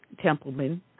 Templeman